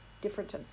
different